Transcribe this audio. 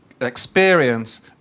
experience